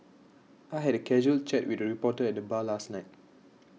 I had a casual chat with a reporter at the bar last night